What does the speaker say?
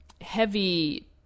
heavy